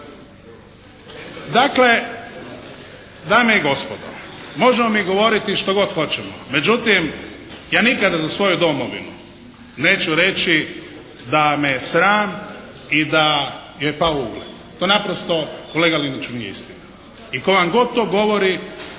Dakle, dame i gospodo, možemo mi govoriti što god hoćemo, međutim ja nikada za svoju domovinu neću reći da me sram i da je pao ugled. To naprosto kolega Liniću nije istina i tko vam god to govori